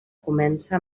comença